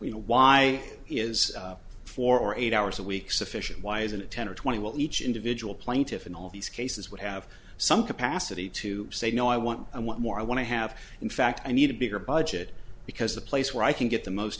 we know why is for eight hours a week sufficient why isn't it ten or twenty will each individual plaintiffs in all these cases would have some capacity to say no i want i want more i want to have in fact i need a bigger budget because the place where i can get the most